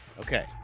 Okay